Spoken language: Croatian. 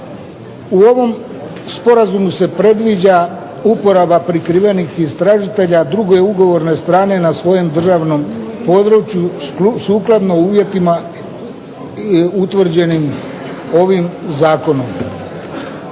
U ovom sporazumu se predviđa uporaba prikrivenih istražitelja druge ugovorne strane na svojem državnom području sukladno uvjetima utvrđenim ovim zakonom.